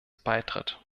beitritt